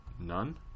None